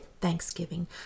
Thanksgiving